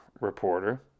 reporter